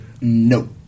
no